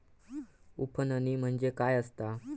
उफणणी म्हणजे काय असतां?